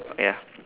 ya